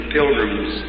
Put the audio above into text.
pilgrims